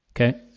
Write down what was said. Okay